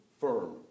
firm